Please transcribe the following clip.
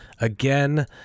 again